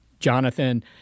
Jonathan